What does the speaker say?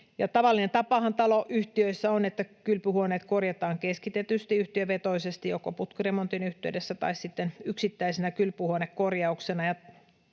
Tavallinen tapahan taloyhtiöissä on, että kylpyhuoneet korjataan keskitetysti, yhtiövetoisesti joko putkiremontin yhteydessä tai sitten yksittäisenä kylpyhuonekorjauksena,